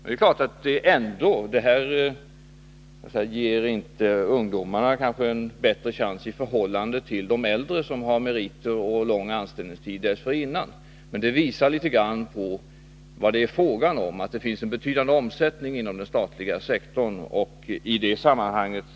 Det ger kanske inte ungdomar en bättre chans i förhållande till äldre arbetskraft, som har meriter och lång anställningstid dessförinnan, men det visar litet grand vad det är fråga om — att det finns en betydande omsättning och därmed nyanställning inom den statliga sektorn.